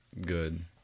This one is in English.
good